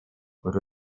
und